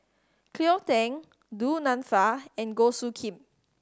Cleo Thang Du Nanfa and Goh Soo Khim